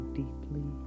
deeply